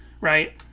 right